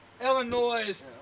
Illinois